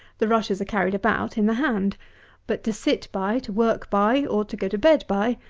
the rushes are carried about in the hand but to sit by, to work by, or to go to bed by,